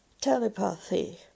telepathy